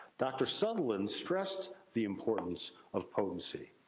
dr. sutherland stressed the importance of potency.